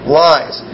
lies